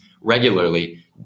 regularly